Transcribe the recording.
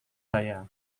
saya